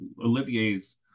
Olivier's